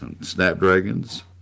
snapdragons